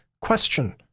question